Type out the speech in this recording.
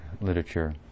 literature